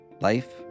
Life